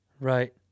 Right